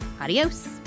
adios